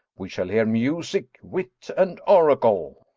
we shall hear music, wit, and oracle.